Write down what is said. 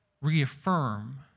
reaffirm